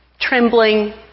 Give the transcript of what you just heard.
trembling